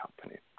company